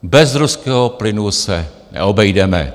Bez ruského plynu se neobejdeme.